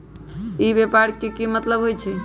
ई व्यापार के की मतलब होई छई?